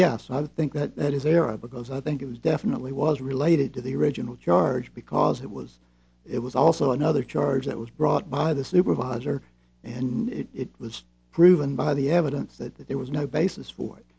yes i think that that is there are because i think it was definitely was related to the original charge because it was it was also another charge that was brought by the supervisor and it was proven by the evidence that there was no basis for it